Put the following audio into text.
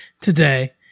today